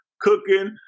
cooking